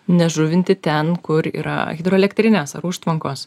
nežuvinti ten kur yra hidroelektrinės ar užtvankos